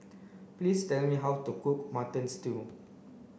please tell me how to cook mutton stew